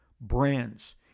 brands